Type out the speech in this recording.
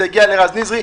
זה הגיע לרז נזרי.